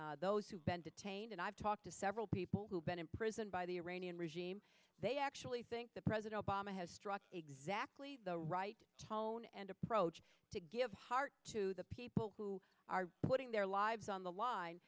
by those who've been detained and i've talked to several people who've been imprisoned by the iranian regime they actually think that president obama has struck exactly the right tone and approach to give heart to the people who are putting their lives on the line